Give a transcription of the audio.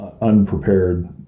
unprepared